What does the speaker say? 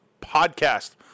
Podcast